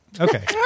Okay